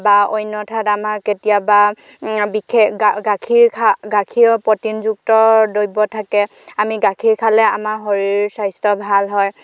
বা অন্যথা আমাৰ কেতিয়াবা বিশেষ গাখীৰ খা গাখীৰত প্ৰ'টিনযুক্ত দ্ৰব্য থাকে আমি গাখীৰ খালে আমাৰ শৰীৰ স্বাস্থ্য ভাল হয়